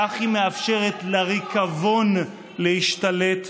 כך היא מאפשרת לריקבון להשתלט.